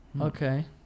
Okay